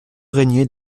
régnait